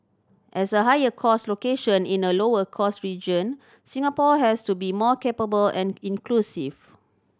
as a higher cost location in a lower cost region Singapore has to be more capable and inclusive